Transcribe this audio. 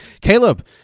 caleb